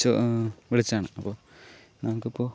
വിളിച്ചതാണ് അപ്പോൾ നമുക്കിപ്പോൾ